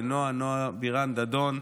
לנועה בירן דדון,